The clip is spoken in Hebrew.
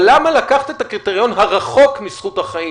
אבל למה לקחת את הקריטריון הרחוק מזכות החיים,